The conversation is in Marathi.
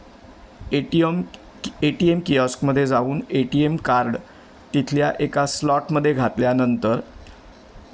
A T M A T M किऑस्कमध्ये जाऊन ए टी एम कार्ड तिथल्या एका स्लॉटमध्ये घातल्यानंतर